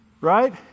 right